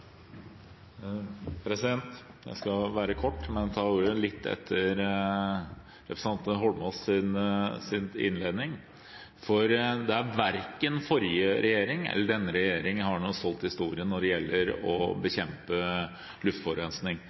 Jeg skal være kort, men jeg ville ta ordet etter representanten Eidsvoll Holmås’ innledning, for verken forrige regjering eller denne regjeringen har en stolt historie når det gjelder å bekjempe